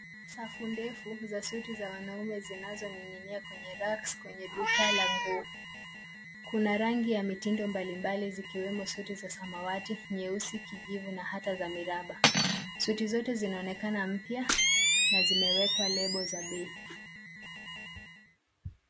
Safu ndefu za suti za wanaume zinazaoning'inia kwenye racks kwenye duka la nguo. Kuna rangi ya mitindo mbalimbali zikiwemo suti za samawati, nyeusi , kijivu na hata za miraba. Suti zote zinaonekana mpya na zimewekwa lebo za bei.